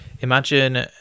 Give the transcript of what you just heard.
imagine